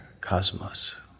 cosmos